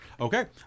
Okay